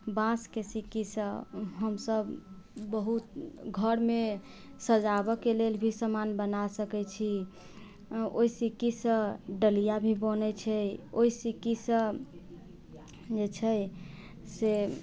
बाँसकेँ सिक्कीसँ हम सभ बहुत घरमे सजाबऽके लेल भी समान बना सकै छी ओहि सिक्कीसँ डलिया भी बनै छै ओहि सिक्कीसँ जे छै से